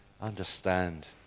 understand